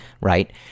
right